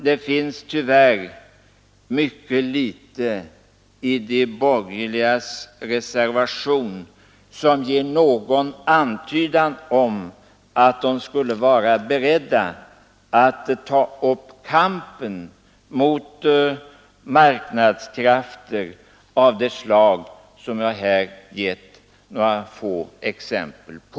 Det finns tyvärr mycket litet i de borgerligas reservation som ger någon antydan om att de skulle vara beredda att ta upp kampen mot marknadskrafter av det slag jag här gett några få exempel på